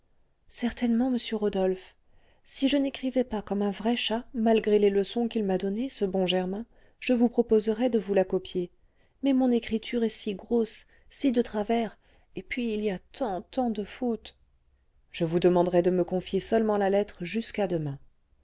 certainement monsieur rodolphe si je n'écrivais pas comme un vrai chat malgré les leçons qu'il m'a données ce bon germain je vous proposerais de vous la copier mais mon écriture est si grosse si de travers et puis il y a tant tant de fautes je vous demanderai de me confier seulement la lettre jusqu'à demain